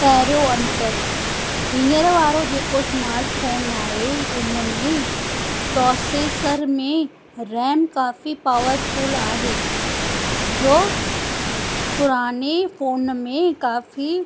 पहिरियों अंतर हीअंर वारो जेको स्मार्ट फ़ोन आहे उन में प्रोसेसर में रैम काफ़ी पावरफुल आहे जो पुराणे फ़ोन में काफ़ी